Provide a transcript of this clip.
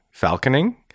falconing